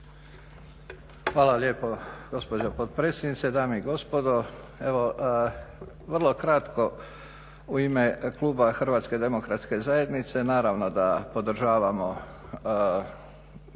Hvala lijepo gospođo potpredsjednice. Dame i gospodo. Evo vrlo kratko. U ime kluba HDZ-a naravno da podržavamo